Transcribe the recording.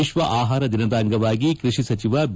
ವಿಶ್ವ ಆಹಾರ ದಿನದ ಅಂಗವಾಗಿ ಕೃಷಿ ಸಚಿವ ಬಿ